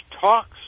talks